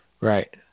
Right